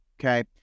Okay